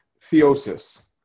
Theosis